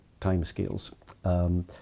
timescales